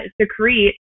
secrete